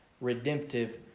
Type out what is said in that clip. redemptive